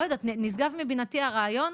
לא יודעת, נשגב מבינתי הרעיון.